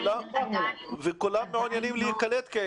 וכולם בעקרון מעוניינים להיקלט?